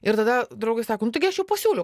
ir tada draugai sako taigi aš jau pasiūliau